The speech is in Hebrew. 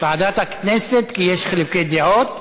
לוועדת הכנסת, כי יש חילוקי דעות.